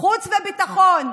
החוץ והביטחון.